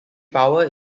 power